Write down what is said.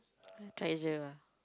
treasure ah